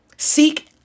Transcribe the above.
Seek